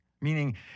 Meaning